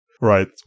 Right